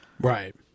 right